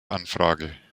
anfrage